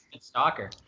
stalker